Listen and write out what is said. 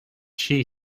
she